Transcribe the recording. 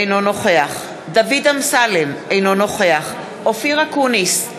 אינו נוכח דוד אמסלם, אינו נוכח אופיר אקוניס,